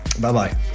Bye-bye